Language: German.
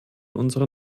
unserer